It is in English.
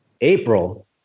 April